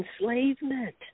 enslavement